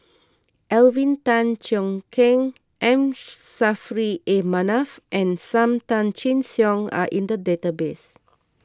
Alvin Tan Cheong Kheng M Saffri A Manaf and Sam Tan Chin Siong are in the database